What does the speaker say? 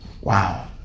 Wow